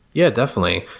yeah, definitely.